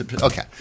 okay